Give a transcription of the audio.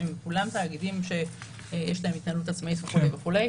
לכולם יש התנהלות עצמאית וכו'.